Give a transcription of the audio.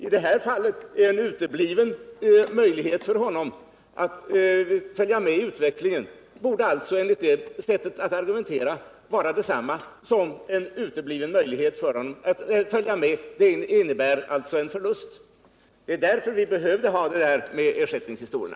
I det här fallet borde alltså en utebliven möjlighet för vederbörande att följa med i utvecklingen enligt ert sätt att argumentera innebära en förlust. Det är därför vi behövde ha dessa